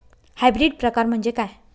Hybrid प्रकार म्हणजे काय?